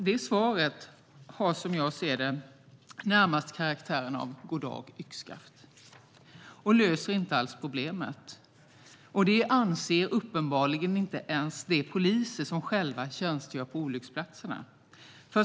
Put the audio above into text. Det svaret har, som jag ser det, närmast karaktär av "god dag yxskaft" och löser inte alls problemet. Det anser uppenbarligen inte ens de poliser som själva tjänstgör på olycksplatserna.